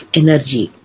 energy